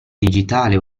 digitale